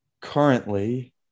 currently